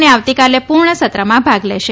અને આવતીકાલે પૂર્ણ સત્રમાં ભાગ લેશે